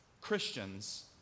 Christians